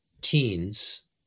teens